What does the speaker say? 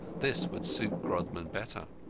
this would suit grodman better.